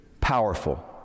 powerful